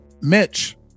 Mitch